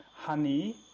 honey